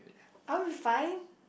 aren't we fine